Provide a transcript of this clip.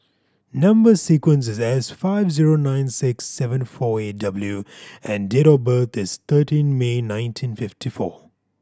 number sequence is S five zero nine six seven four eight W and date of birth is thirteen May nineteen fifty four